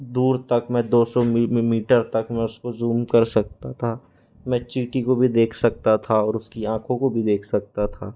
दूर तक मैं दो सौ मी मीटर तक में उसको ज़ूम कर सकता था मैं चींटी को भी देख सकता था और उसकी आंखों को भी देख सकता था